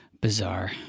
bizarre